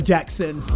Jackson